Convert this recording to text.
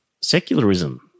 secularism